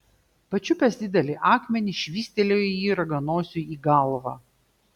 pačiupęs didelį akmenį švystelėjo jį raganosiui į galvą